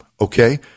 okay